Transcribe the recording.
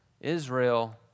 Israel